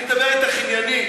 אני מדבר אתך עניינית.